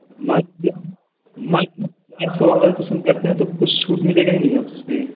मान लीजिए मान लीजिए अगर चार सौ वाला पसंद करते है तो कुछ छूट मिलेगी कि नहीं आप से